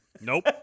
Nope